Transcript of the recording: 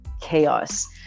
chaos